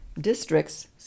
districts